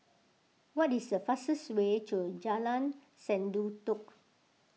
what is the fastest way to Jalan Sendudok